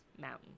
mountain